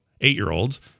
eight-year-olds